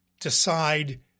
decide